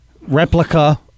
replica